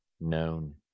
known